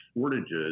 shortages